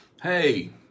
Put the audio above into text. Hey